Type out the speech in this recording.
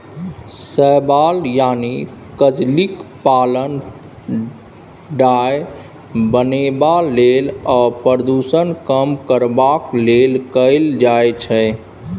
शैबाल यानी कजलीक पालन डाय बनेबा लेल आ प्रदुषण कम करबाक लेल कएल जाइ छै